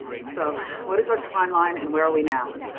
so what is our timeline and where are we now.